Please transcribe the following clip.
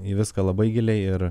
į viską labai giliai ir